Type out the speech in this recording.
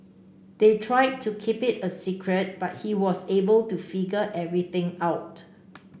they tried to keep it a secret but he was able to figure everything out